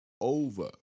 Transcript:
Over